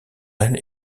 elles